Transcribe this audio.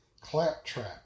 claptrap